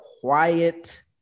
quiet